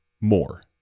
more